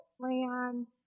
plan